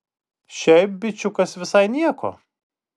šiaip bičiukas visai nieko